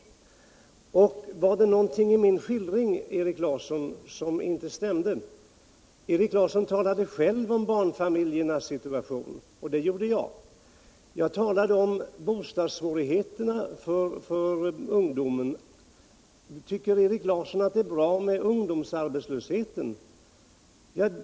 Jag vill också fråga Erik Larsson: Var det någonting i min skildring som inte stämde? Också Erik Larsson beskrev ju barnfamiljernas situation som bekymmersam. Jag talade om bostadssvårigheterna för ungdomen, och jag talade om ungdomsarbetslösheten.